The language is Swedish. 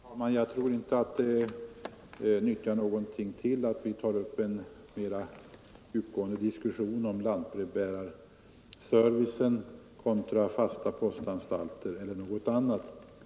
Herr talman! Jag tror inte att det tjänar någonting till att ta upp en mera djupgående diskussion om lantbrevbärarservicen kontra fasta postanstalter eller något annat.